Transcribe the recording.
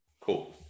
cool